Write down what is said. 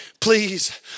please